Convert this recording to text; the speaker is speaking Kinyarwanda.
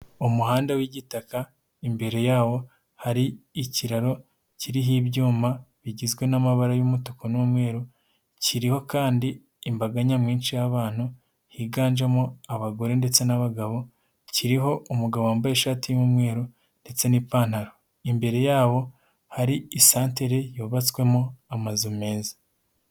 Umuhanda w'igitaka imbere yawo hari ikiraro kiriho ibyuma bigizwe n'amabara y'umutuku n'umweru, kiriho kandi imbaga nyamwinshi y'abantu higanjemo abagore ndetse n'abagabo, kiriho umugabo wambaye ishati y'umweru ndetse n'ipantaro, imbere yabo hari isantere yubatswemo amazu meza.